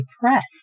depressed